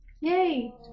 Yay